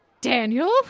Daniel